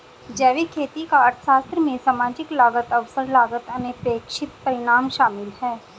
जैविक खेती का अर्थशास्त्र में सामाजिक लागत अवसर लागत अनपेक्षित परिणाम शामिल है